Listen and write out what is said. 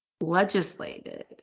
legislated